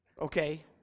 okay